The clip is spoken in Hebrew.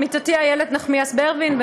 עמיתתי איילת נחמיאס ורבין,